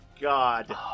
god